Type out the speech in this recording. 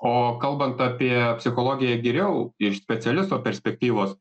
o kalbant apie psichologiją geriau iš specialisto perspektyvos